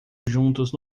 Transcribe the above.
juntos